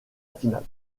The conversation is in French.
finale